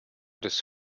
des